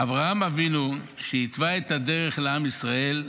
אברהם אבינו, שהתווה את הדרך לעם ישראל,